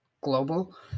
global